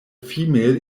female